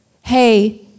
Hey